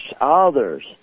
others